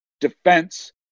defense